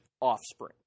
offspring